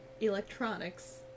electronics